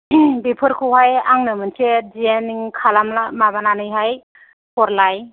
बेफोरखौहाय आंनो मोनसे दिजेन खालाम माबानानै हाय हरलाय